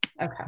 Okay